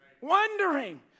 wondering